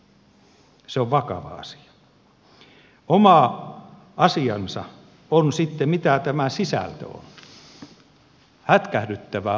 oma asiansa on sitten mitä tämä sisältö on